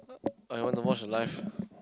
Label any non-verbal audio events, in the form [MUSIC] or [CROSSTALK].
[NOISE] or you want to watch the live